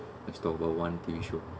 let's talk about one T_V show